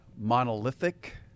monolithic